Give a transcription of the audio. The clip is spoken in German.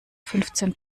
fünfzehn